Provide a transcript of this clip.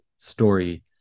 story